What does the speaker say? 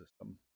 system